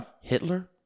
Hitler